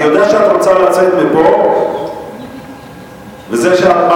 ולגרום נזק למשפחות, לא רק